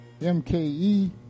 MKE